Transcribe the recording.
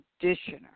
conditioner